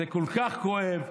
זה כל כך כואב,